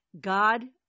God